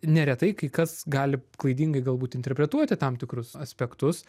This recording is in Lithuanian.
neretai kai kas gali klaidingai galbūt interpretuoti tam tikrus aspektus